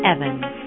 Evans